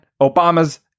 Obama's